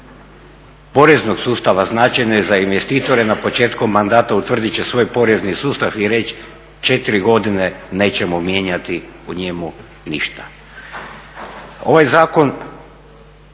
poreznog sustava značajna za investitore na početku mandata utvrdit će svoj porezni sustav i reći 4 godine nećemo mijenjati u njemu ništa. Ovaj zakon